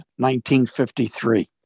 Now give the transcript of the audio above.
1953